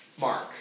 Mark